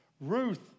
Ruth